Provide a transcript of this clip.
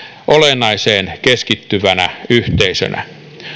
olennaiseen keskittyvänä yhteisönä